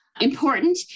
important